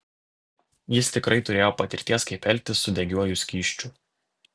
jis tikrai turėjo patirties kaip elgtis su degiuoju skysčiu